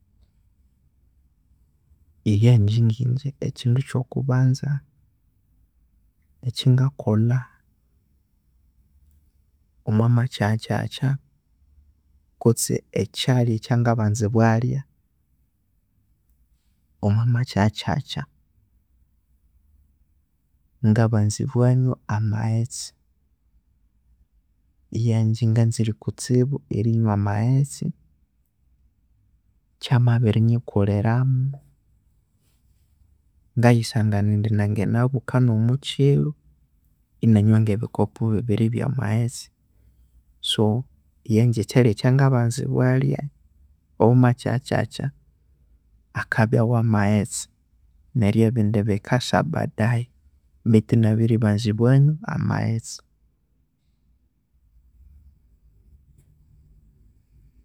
Eyangye ngi'ngye ekindu ekyo kubanza ekyangakolha omwa makyaghakyakya ngabanza obwanywa amaghetse, eyange nganzire kutsibu erinywa amaghetse, kyamabirinyikulhiramu ngayisangana indinanganabuka omwakiro inanywa ngebikopo bibiri ebya a maghetse so, ekyalya ekyakabanza bwalya omwa makyaghakyakya akabya wa maghetse neryo nebindi bikasa baadaye beithu ingabaribanza erinywa amaghetse.